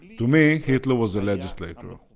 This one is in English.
to me hitler was the legislator,